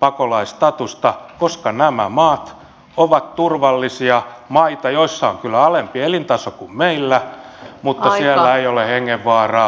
pakolaisstatusta koska nämä maat ovat turvallisia maita joissa on kyllä alempi elintaso kuin meillä mutta joissa ei ole hengenvaaraa